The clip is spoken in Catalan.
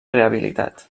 rehabilitat